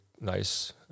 nice